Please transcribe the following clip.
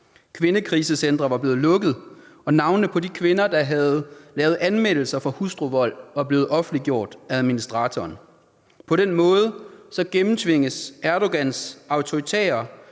Kvindekrisecentre var blevet lukket, og navnene på de kvinder, der havde lavet anmeldelser for hustruvold, var blevet offentliggjort af administratoren. På den måde gennemtvinges Erdogans autoritære,